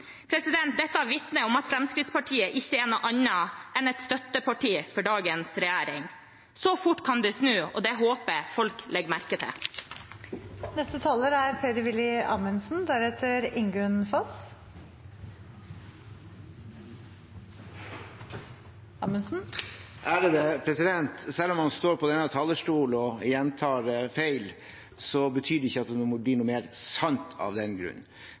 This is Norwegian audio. Dette vitner om at Fremskrittspartiet ikke er noe annet enn et støtteparti for dagens regjering. Så fort kan det snu, og det håper jeg folk legger merke til. Selv om man står på denne talerstolen og gjentar feil, betyr ikke det at det blir noe mer sant av den grunn.